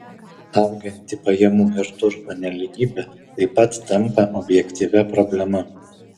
auganti pajamų ir turto nelygybė taip pat tampa objektyvia problema